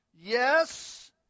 Yes